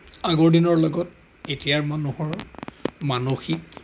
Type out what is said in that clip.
আগৰ দিনৰ লগত এতিয়াৰ মানুহৰ মানসিক